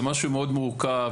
זה משהו מאוד מורכב,